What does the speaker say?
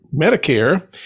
Medicare